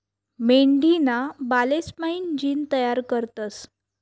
मेंढीना बालेस्पाईन जीन तयार करतस